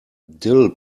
dill